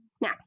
Now